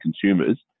consumers